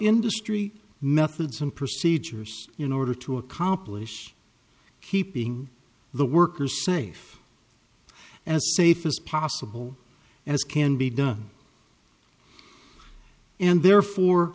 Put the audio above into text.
industry methods and procedures in order to accomplish keeping the workers safe as safe as possible as can be done and therefore